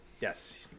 Yes